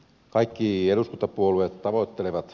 kaikki eduskuntapuolueet tavoittelevat